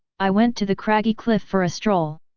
i went to the craggy cliff for a stroll.